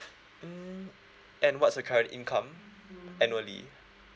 mm and what's your current income annually